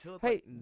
Hey